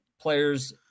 players